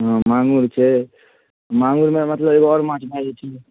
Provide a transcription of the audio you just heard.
हूँ माङुर छै माङुरमे मतलब एगो आओर माँछ भए जाइ छै